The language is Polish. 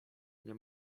nie